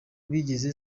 bigeze